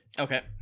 Okay